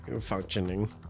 functioning